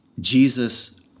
Jesus